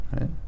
right